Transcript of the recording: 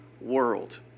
world